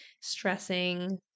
stressing